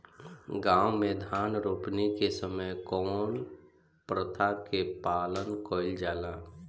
गाँव मे धान रोपनी के समय कउन प्रथा के पालन कइल जाला?